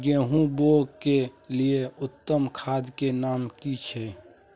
गेहूं बोअ के लिये उत्तम खाद के नाम की छै?